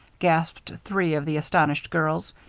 gasped three of the astonished girls.